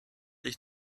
ich